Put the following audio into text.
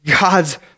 God's